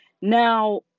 Now